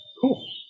Cool